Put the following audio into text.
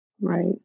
Right